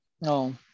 No